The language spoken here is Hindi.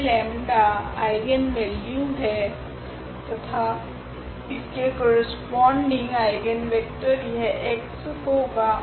यह लेम्डा 𝜆 आइगनवेल्यू है तथा इसके करस्पोंडिंग आइगनवेक्टर यह x होगा